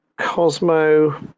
Cosmo